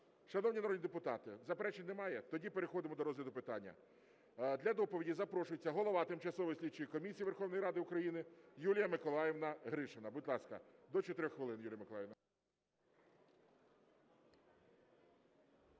Шановні народні депутати, заперечень немає? Тоді переходимо до розгляду питання. Для доповіді запрошується голова Тимчасової слідчої комісії Верховної Ради України Юлія Миколаївна Гришина. Будь ласка, до 4 хвилини, Юлія Миколаївна.